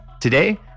Today